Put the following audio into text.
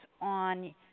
on